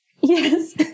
Yes